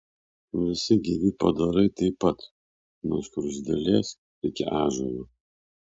visi gyvi padarai taip pat nuo skruzdėlės iki ąžuolo